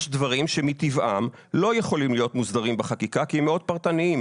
יש דברים שמטבעם לא יכולים להיות מוסדרים בחקיקה כי הם מאוד פרטניים,